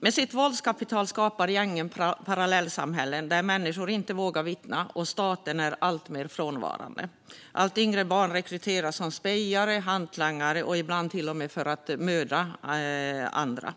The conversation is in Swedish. Med sitt våldskapital skapar gängen parallellsamhällen där människor inte vågar vittna och staten är alltmer frånvarande. Allt yngre barn rekryteras som spejare, hantlangare och ibland till och med mördare.